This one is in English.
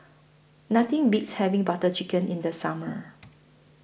Nothing Beats having Butter Chicken in The Summer